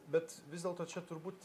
bet vis dėlto čia turbūt